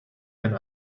ein